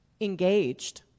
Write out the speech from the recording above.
Engaged